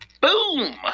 Boom